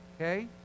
Okay